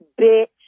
bitch